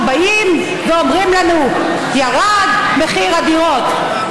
שבאים ואומרים לנו: ירד מחיר הדירות.